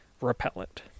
repellent